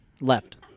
Left